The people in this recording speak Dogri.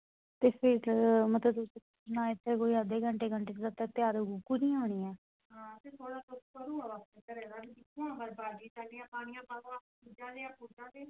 ते फिर मतलब तुस ना इत्थे कोई अद्धे घंटे घंटे तक ते